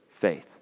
faith